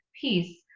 peace